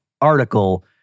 article